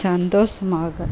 சந்தோஷமாக